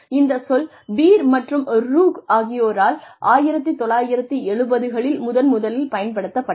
இந்த சொல் பீர் மற்றும் ரூஹ் ஆகியோரால் 1970 களில் முதன்முதலில் பயன்படுத்தப்பட்டது